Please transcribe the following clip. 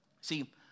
See